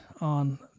on